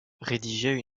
rédigeait